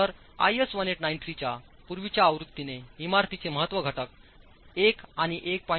तर आयएस 1893 च्या पूर्वीच्या आवृत्तीने इमारतींचे महत्त्व घटक 1 आणि 1